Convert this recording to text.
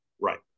Right